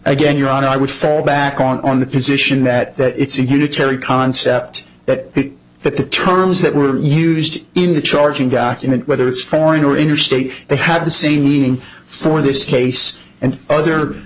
again your honor i would fall back on the position that that it's a unitary concept that that the terms that were used in the charging document whether it's foreign or interstate they have the same meaning for this case and other